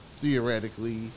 theoretically